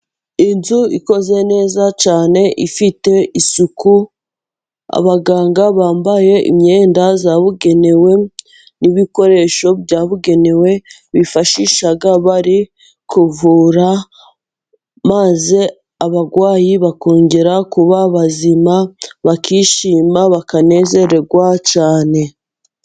Inzu ikoze neza cyane ifite isuku, abaganga bambaye imyenda yabugenewe n'ibikoresho byabugenewe bifashisha bari kuvura, maze abarwayi bakongera kuba bazima bakishima, bakanezererwa cyane.